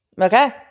Okay